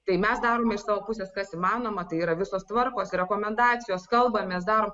tai mes darome iš savo pusės kas įmanoma tai yra visos tvarkos rekomendacijos kalbamės darom